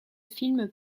films